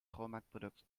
schoonmaakproduct